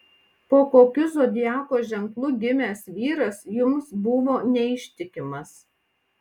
po kokiu zodiako ženklu gimęs vyras jums buvo neištikimas